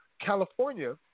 California